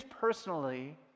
personally